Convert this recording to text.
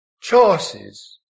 Choices